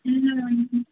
ಇಲ್ಲ ಮ್ಯಾಮ್